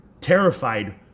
terrified